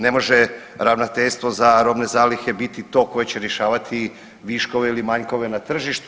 Ne može Ravnateljstvo za robne zalihe biti to koje će rješavati viškove ili manjkove na tržištu.